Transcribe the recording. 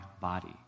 body